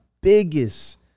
biggest